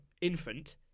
infant